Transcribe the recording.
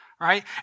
Right